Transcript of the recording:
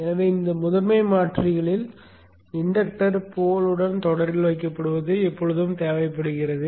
எனவே இந்த முதன்மை மாற்றிகளில் இன்டக்டர் போலுடன் தொடரில் வைக்கப்படுவது எப்போதும் தேவைப்படுகிறது